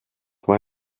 mae